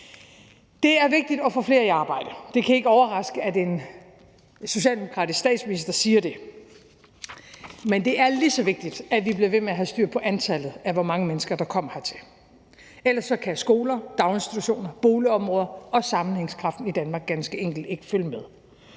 Det er vigtigt at få flere i arbejde. Det kan ikke overraske, at en socialdemokratisk statsminister siger det, men det er lige så vigtigt, at vi bliver ved med at have styr på antallet af, hvor mange mennesker der kommer hertil. Ellers kan skoler, daginstitutioner, boligområder og sammenhængskraft i Danmark ganske enkelt ikke følge med.